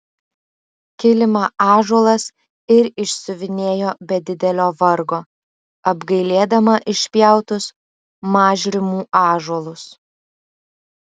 kilimą ąžuolas ir išsiuvinėjo be didelio vargo apgailėdama išpjautus mažrimų ąžuolus